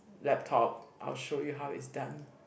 laptop I will show you how it's done